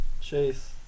Chase